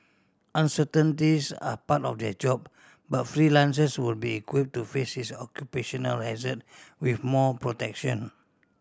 uncertainties are part of their job but will be equip to face this occupational hazard with more protection